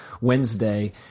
Wednesday –